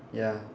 ya